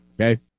Okay